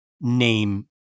name